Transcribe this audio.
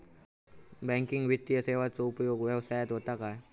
Banking वित्तीय सेवाचो उपयोग व्यवसायात होता काय?